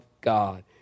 God